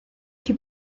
die